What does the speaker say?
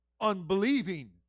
unbelieving